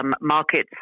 markets